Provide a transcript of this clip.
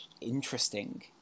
interesting